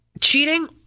cheating